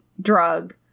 drug